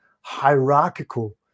hierarchical